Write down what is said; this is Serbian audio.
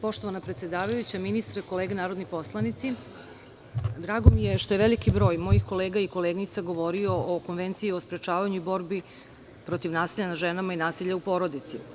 Poštovana predsedavajuća, ministre, kolege narodni poslanici, drago mi je što je veliki broj mojih kolega i koleginica govorio o Konvenciji o sprečavanju i borbi protiv nasilja nad ženama i nasilja u porodici.